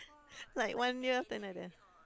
like one year after another